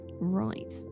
Right